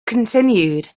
continued